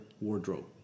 wardrobe